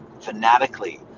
fanatically